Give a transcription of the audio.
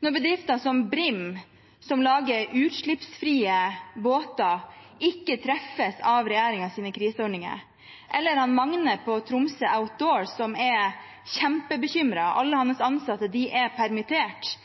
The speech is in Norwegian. Bedrifter som Brim Explorer, som lager utslippsfrie båter, treffes ikke av regjeringens kriseordninger – og han Magne i Tromsø Outdoor er kjempebekymret, for alle hans ansatte er permittert,